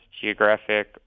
geographic